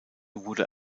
wurde